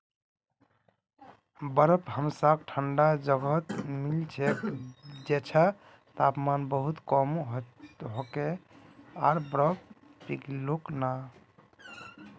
बर्फ हमसाक ठंडा जगहत मिल छेक जैछां तापमान बहुत कम होके आर बर्फ पिघलोक ना